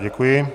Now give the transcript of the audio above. Děkuji.